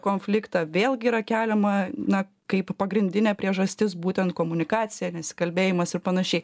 konfliktą vėlgi yra keliama na kaip pagrindinė priežastis būtent komunikacija nesikalbėjimas ir panašiai